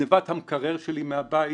אנחנו משתמשים בטרמינולוגיה שמופיעה בחוק עצמו.